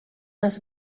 das